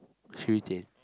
so we change